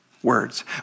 Words